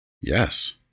Yes